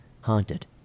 haunted